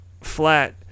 flat